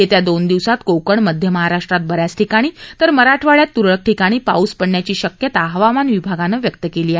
येत्या दोन दिवसात कोकण मध्य महाराष्ट्रात ब याच ठिकाणी तर मराठवाड्यात तुरळक ठिकाणी पाऊस पडण्याची शक्यता हवामान विभागानं व्यक्त केली आहे